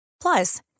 Plus